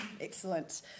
Excellent